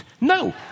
No